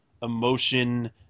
emotion